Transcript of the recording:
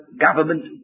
government